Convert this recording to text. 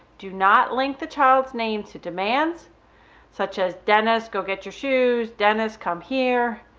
do not link the child's name to demands such as dennis go get your shoes, dennis come here.